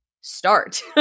start